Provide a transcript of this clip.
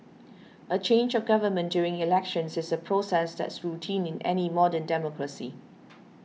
a change of government during elections is a process that's routine in any modern democracy